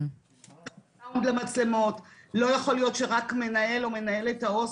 לא יכול להיות שרק מנהל או מנהלת ההוסטל,